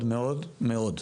מאוד, מאוד, מאוד.